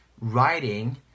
writing